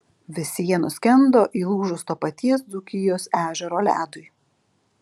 visi jie nuskendo įlūžus to paties dzūkijos ežero ledui